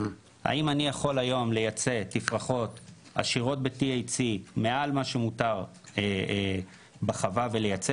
האם אני יכול הים לייצא תפרחות עשירות ב-THC מעל מה שמותר בחווה ולייצא